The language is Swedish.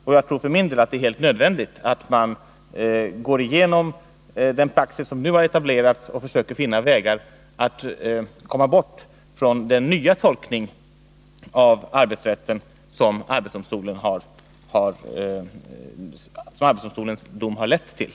Och jag tror för min del att det är helt nödvändigt att man går igenom den praxis som nu har etablerats och försöker finna vägar att komma bort från den nya tolkning av arbetsrätten som arbetsdomstolens dom har lett till.